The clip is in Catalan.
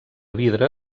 vidre